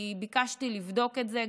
ביקשתי לבדוק את זה,